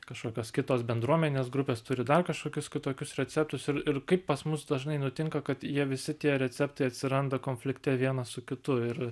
kažkokios kitos bendruomenės grupės turi dar kažkokius kitokius receptus ir ir kaip pas mus dažnai nutinka kad jie visi tie receptai atsiranda konflikte vienas su kitu ir